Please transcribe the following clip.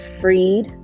freed